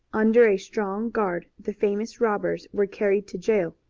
under a strong guard the famous robbers were carried to jail,